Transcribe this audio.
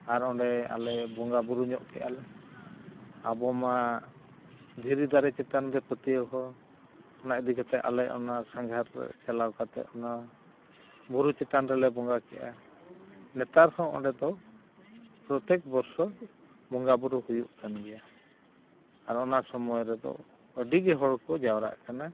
ᱟᱨ ᱚᱸᱰᱮ ᱟᱞᱮ ᱵᱚᱸᱜᱟ ᱵᱩᱨᱩ ᱧᱚᱜ ᱠᱮᱫᱟᱞᱮ ᱟᱵᱚᱢᱟ ᱫᱷᱤᱨᱤ ᱫᱟᱨᱮ ᱪᱮᱛᱟᱱ ᱨᱮ ᱯᱟᱹᱛᱤᱭᱟᱹᱣ ᱦᱚᱸ ᱚᱱᱟ ᱤᱫᱤ ᱠᱟᱛᱮ ᱟᱞᱮ ᱚᱱᱟ ᱥᱟᱸᱜᱷᱟᱨ ᱨᱮ ᱪᱟᱞᱟᱣ ᱠᱟᱛᱮ ᱚᱱᱟ ᱵᱩᱨᱩ ᱪᱮᱛᱟᱱ ᱨᱮᱞᱮ ᱵᱚᱸᱜᱟ ᱠᱮᱫᱟ ᱱᱮᱛᱟᱨ ᱦᱚᱸ ᱚᱸᱰᱮ ᱫᱚ ᱯᱨᱚᱛᱮᱠ ᱵᱚᱪᱷᱚᱨ ᱵᱚᱸᱜᱟ ᱵᱩᱨᱩ ᱦᱩᱭᱩᱜ ᱠᱟᱱᱜᱮᱭᱟ ᱟᱨ ᱚᱱᱟ ᱥᱚᱢᱚᱭ ᱨᱮᱫᱚ ᱟᱹᱰᱤᱜᱮ ᱦᱚᱲ ᱠᱚ ᱡᱟᱣᱨᱟᱜ ᱠᱟᱱᱟ